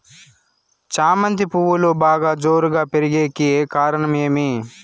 చామంతి పువ్వులు బాగా జోరుగా పెరిగేకి కారణం ఏమి?